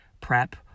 prep